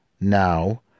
now